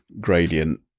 gradient